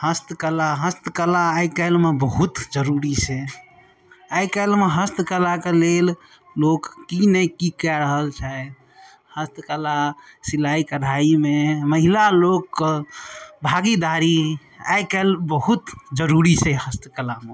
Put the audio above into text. हस्तकला हस्तकला आइ काल्हिमे बहुत जरूरी छै आइ काल्हिमे हस्तकलाके लेल लोक की नहि की कऽ रहल छथि हस्तकला सिलाइ कढ़ाइमे महिला लोकके भागीदारी आइ काल्हि बहुत जरूरी छै कलामे